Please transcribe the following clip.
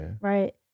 Right